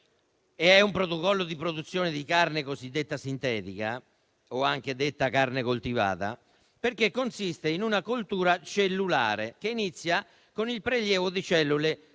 è un protocollo di produzione di carne cosiddetta sintetica, o anche detta carne coltivata, perché consiste in una coltura cellulare che inizia con il prelievo di cellule muscolari e